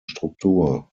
struktur